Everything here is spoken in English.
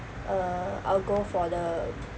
uh I'll go for the